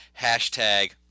Hashtag